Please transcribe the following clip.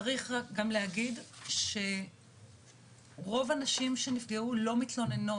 צריך גם להגיד שרוב הנשים שנפגעו לא מתלוננות,